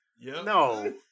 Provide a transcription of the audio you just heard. no